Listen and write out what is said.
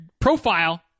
profile